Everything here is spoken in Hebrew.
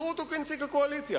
תבחרו אותו כנציג הקואליציה.